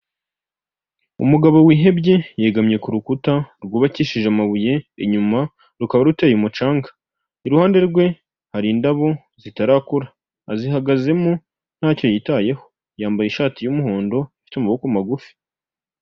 Umugabo wihebye yegamye ku rukuta rwubakishije amabuye, inyuma rukaba ruteye umucanga, iruhande rwe hari indabo zitarakura azihagazemo ntacyo yitayeho, yambaye ishati y'umuhondo ifite amaboko magufi.